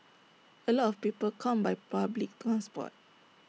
A lot of people come by public transport